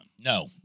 No